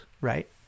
right